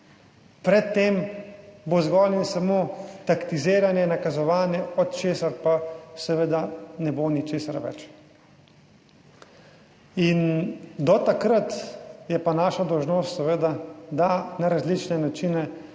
pred tem bo zgolj in samo taktiziranje, nakazovanje, od česar pa seveda ne bo ničesar več. In do takrat je pa naša dolžnost seveda, da na različne načine